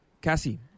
Cassie